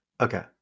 okay